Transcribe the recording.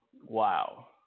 Wow